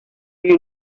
you